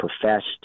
professed